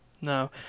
No